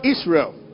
Israel